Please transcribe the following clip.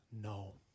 no